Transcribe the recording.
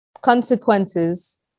consequences